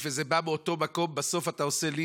וזה בא מאותו מקום, בסוף, אתה עושה לינץ'